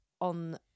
on